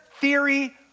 theory